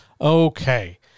Okay